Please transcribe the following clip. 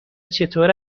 چطور